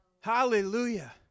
Hallelujah